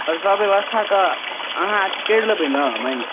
आओर सभ व्यवस्था तऽ अहाँ अथि करि लेबै ने मैनेज